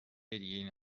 هدیه